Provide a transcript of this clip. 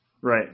Right